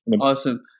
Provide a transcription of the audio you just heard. Awesome